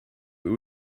will